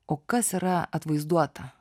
o kas yra atvaizduota